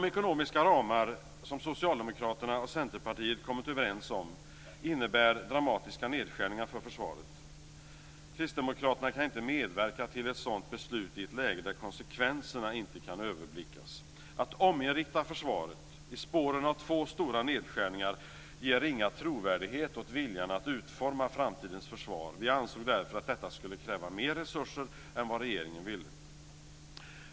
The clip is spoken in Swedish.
De ekonomiska ramar som Socialdemokraterna och Centerpartiet kommit överens om innebär dramatiska nedskärningar för försvaret. Kristdemokraterna kan inte medverka till ett sådant beslut i ett läge där konsekvenserna inte kan överblickas. Att ominrikta försvaret i spåren av två stora nedskärningar ger ringa trovärdighet åt viljan att utforma framtidens försvar. Vi ansåg därför att detta skulle kräva mer resurser än vad regeringen ville.